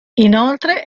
inoltre